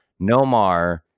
Nomar